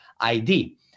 ID